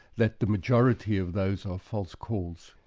that the majority of those are false calls.